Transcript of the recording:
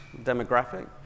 demographic